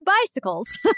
bicycles